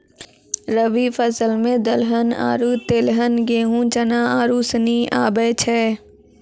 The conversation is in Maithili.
रवि फसल मे दलहन आरु तेलहन गेहूँ, चना आरू सनी आबै छै